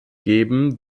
geben